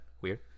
Weird